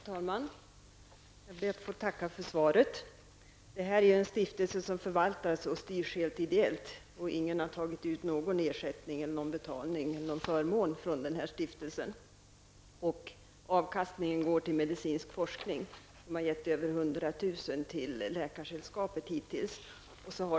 Herr talman! Jag ber att få tacka för svaret. Det här är en stiftelse som förvaltas och styrs helt ideellt. Ingen har tagit ut någon ersättning eller betalning eller fått någon förmån från stiftelsen. Läkaresällskapet har hittills fått över 100 000 kr.